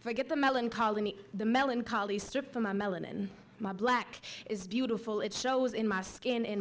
forget the melancholy the melancholy stripped from my melanin my black is beautiful it shows in my skin in